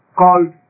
called